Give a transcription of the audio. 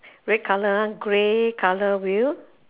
red colour ah grey colour wheel